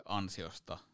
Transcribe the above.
ansiosta